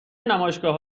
نمایشگاه